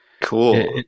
Cool